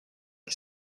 qui